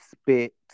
spit